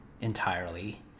entirely